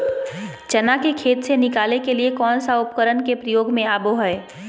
चना के खेत से निकाले के लिए कौन उपकरण के प्रयोग में आबो है?